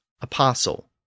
apostle